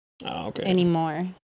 anymore